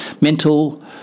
mental